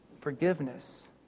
Forgiveness